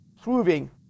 proving